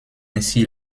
ainsi